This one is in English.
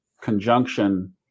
conjunction